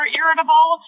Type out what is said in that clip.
irritable